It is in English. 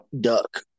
duck